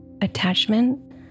attachment